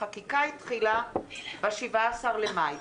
החקיקה התחילה ב-17 למאי.